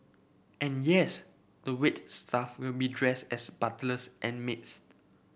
and yes the wait staff will be dressed as butlers and maids